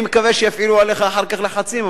אני מקווה שיפעילו עליך אחר כך לחצים,